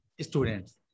students